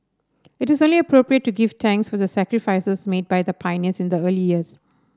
it is only appropriate to give thanks for the sacrifices made by the pioneers in the early years